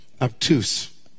obtuse